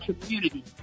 community